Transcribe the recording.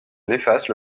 néfaste